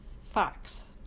fox